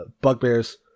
bugbears